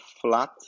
flat